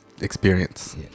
experience